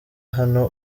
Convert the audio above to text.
hano